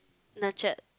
nurtured